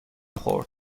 خورد